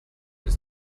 ist